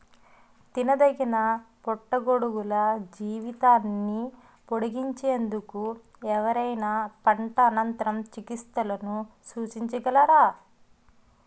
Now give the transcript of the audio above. తినదగిన పుట్టగొడుగుల జీవితాన్ని పొడిగించేందుకు ఎవరైనా పంట అనంతర చికిత్సలను సూచించగలరా?